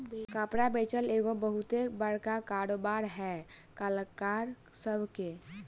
कपड़ा बेचल एगो बहुते बड़का कारोबार है कलाकार सभ के